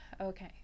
okay